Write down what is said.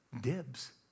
dibs